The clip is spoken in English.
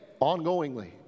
ongoingly